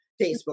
Facebook